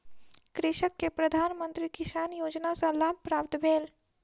कृषक के प्रधान मंत्री किसान योजना सॅ लाभ प्राप्त भेल